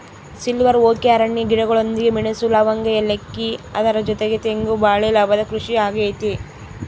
silver oak ಅರಣ್ಯ ಗಿಡಗಳೊಂದಿಗೆ ಮೆಣಸು, ಲವಂಗ, ಏಲಕ್ಕಿ ಅದರ ಜೊತೆಗೆ ತೆಂಗು ಬಾಳೆ ಲಾಭದ ಕೃಷಿ ಆಗೈತೆ